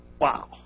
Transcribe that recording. Wow